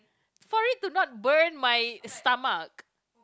sorry do not burn my stomach